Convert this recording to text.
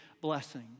blessing